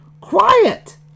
Quiet